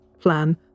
plan